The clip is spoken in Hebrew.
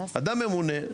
אדם ממונה,